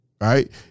right